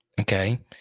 okay